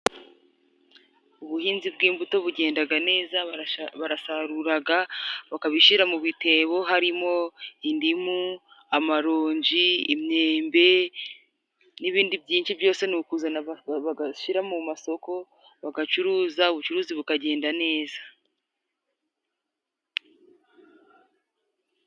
Ubuhinzi bw'imbuto bugendaga neza， barasaruraga， bakabishyira mu bitebo， harimo indimu， amaronji，imyembe n'ibindi byinshi byose ni ukuzana bagashyira mu masoko bagacuruza，ubucuruzi bukagenda neza.